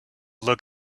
look